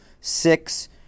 Six